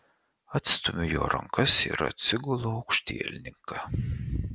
atstumiu jo rankas ir atsigulu aukštielninka